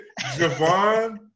Javon